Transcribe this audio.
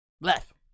Left